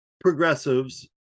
progressives